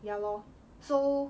ya lor so